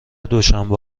دوشنبه